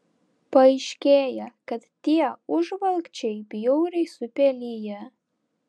paaiškėja kad tie užvalkčiai bjauriai supeliję